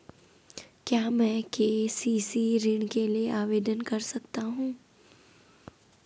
क्या मैं के.सी.सी ऋण के लिए आवेदन कर सकता हूँ?